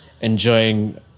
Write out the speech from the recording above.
enjoying